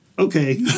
Okay